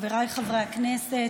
חבריי חברי הכנסת,